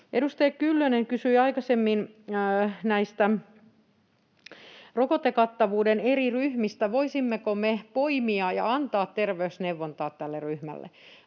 Edustaja Kyllönen kysyi aikaisemmin näistä rokotekattavuuden eri ryhmistä, voisimmeko me poimia ja antaa terveysneuvontaa tälle ryhmälle.